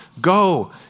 Go